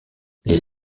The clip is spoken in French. les